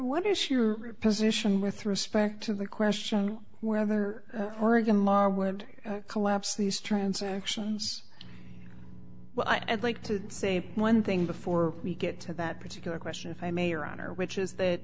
what is your position with respect to the question whether oregon law would collapse these transactions well i'd like to say one thing before we get to that particular question if i may or honor which is that